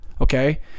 okay